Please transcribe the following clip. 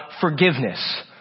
forgiveness